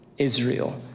Israel